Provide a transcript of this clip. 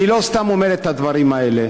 אני לא סתם אומר את הדברים האלה,